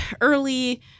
early